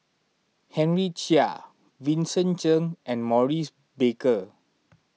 Henry Chia Vincent Cheng and Maurice Baker